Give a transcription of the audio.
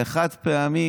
על החד-פעמי.